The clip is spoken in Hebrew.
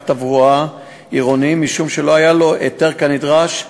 תברואה עירוני משום שלא היה לו היתר כנדרש,